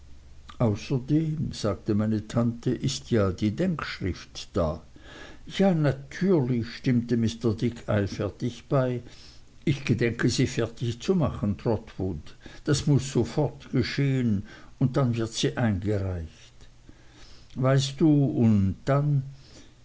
außerdem sagte meine tante ist ja die denkschrift da ja natürlich stimmte mr dick eilfertig bei ich gedenke sie fertig zu machen trotwood das muß sofort geschehen und dann wird sie eingereicht weißt du und dann